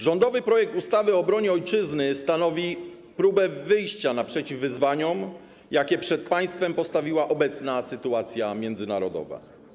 Rządowy projekt ustawy o obronie Ojczyzny stanowi próbę wyjścia naprzeciw wyzwaniom, jakie przed państwem postawiła obecna sytuacja międzynarodowa.